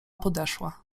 podeszła